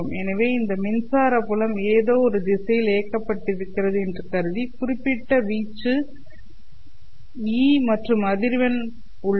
எனவே இந்த மின்சார புலம் ஏதோ ஒரு திசையில் இயக்கப்பட்டிருக்கிறது என்று கருதி குறிப்பிட்ட வீச்சு E0 மற்றும் அதிர்வெண் உள்ளது